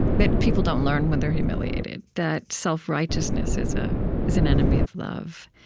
that people don't learn when they're humiliated, that self-righteousness is ah is an enemy of love.